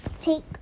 take